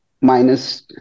minus